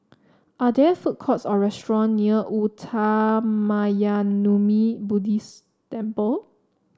are there food courts or restaurant near Uttamayanmuni Buddhist Temple